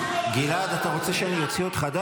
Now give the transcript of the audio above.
גלעד, אתה רוצה שאני אוציא אותך?